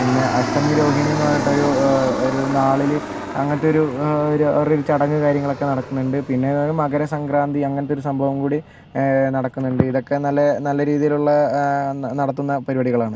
പിന്നെ അഷ്ടമി രോഹിണിന്ന് പറഞ്ഞിട്ടൊരു ഒരു നാളിൽ അങ്ങനത്തെ ഒരു ഒരു അവരുടെ ഒരു ചടങ്ങ് കാര്യങ്ങളൊക്കെ നടക്കുന്നുണ്ട് പിന്നെ ഉള്ളത് മകരസംക്രാന്തി അങ്ങനത്തെ ഒരു സംഭവം കൂടി നടക്കുന്നുണ്ട് ഇതൊക്കെ നല്ല നല്ല രീതിയിലുള്ള നടത്തുന്ന പരിപാടികളാണ്